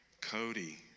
Cody